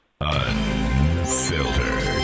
Unfiltered